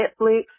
Netflix